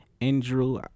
Andrew